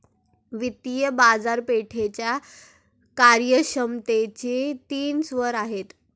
वित्तीय बाजारपेठेच्या कार्यक्षमतेचे तीन स्तर आहेत